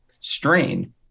strain